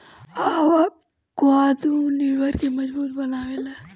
avocado लिबर के मजबूत बनावेला